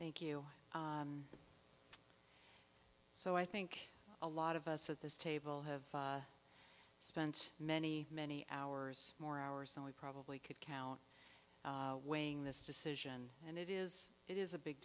thank you so i think a lot of us at this table have spent many many hours more hours than we probably could count weighing this decision and it is it is a big